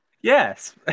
Yes